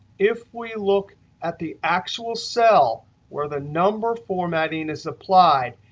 if we look at the actual cell where the number formatting is applied,